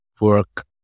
work